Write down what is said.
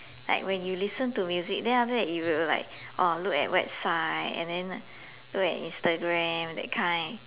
like when you listen to music then after that you'll like oh look at website and then look at instagram that kind